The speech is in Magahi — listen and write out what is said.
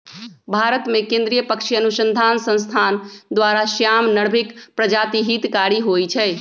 भारतमें केंद्रीय पक्षी अनुसंसधान संस्थान द्वारा, श्याम, नर्भिक प्रजाति हितकारी होइ छइ